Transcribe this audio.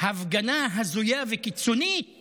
הפגנה הזויה וקיצונית